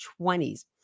20s